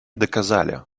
доказали